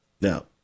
Now